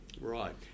Right